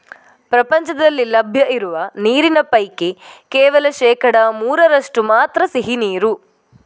ಪ್ರಪಂಚದಲ್ಲಿ ಲಭ್ಯ ಇರುವ ನೀರಿನ ಪೈಕಿ ಕೇವಲ ಶೇಕಡಾ ಮೂರರಷ್ಟು ಮಾತ್ರ ಸಿಹಿ ನೀರು